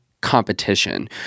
competition